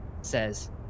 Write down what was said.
says